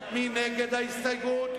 מי נגד ההסתייגות?